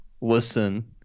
listen